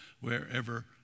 wherever